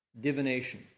divination